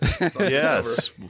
Yes